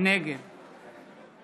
נגד